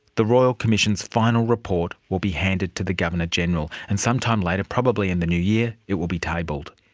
the royal commission's final report will be handed to the governor general. and sometime later, probably in the new year, it will be tabled.